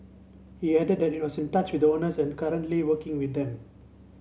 he added that it was in touch with owners and currently working with them